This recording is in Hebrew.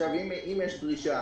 אם יש דרישה